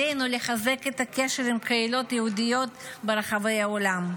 עלינו לחזק את הקשר עם קהילות יהודיות ברחבי העולם,